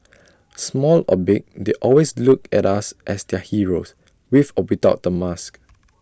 small or big they always look at us as their heroes with or without the mask